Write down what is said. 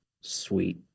sweet